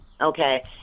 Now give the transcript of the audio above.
Okay